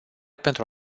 pentru